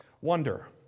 wonder